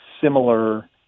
similar